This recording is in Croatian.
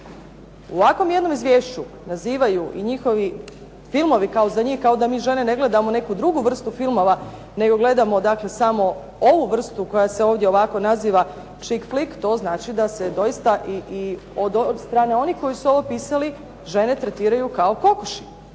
u ovakvom jednom izvješću nazivaju i njihovi filmovi kao za njih kao da mi žene ne gledamo neku drugu vrstu filmova nego gledamo dakle samo ovu vrstu koja se ovdje ovako naziva chik flick to znači da se doista i od strane onih koji su ovo pisali žene tretiraju kao kokoši